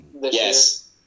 Yes